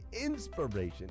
inspiration